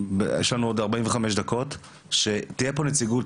יש לנו עוד 45 דקות לדין ואני מבקש מאוד שתהיה פה נציגות,